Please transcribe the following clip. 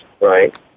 right